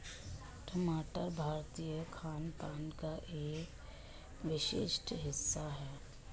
टमाटर भारतीय खानपान का एक विशिष्ट हिस्सा है